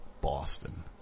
Boston